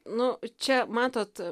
nu čia matot